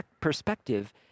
perspective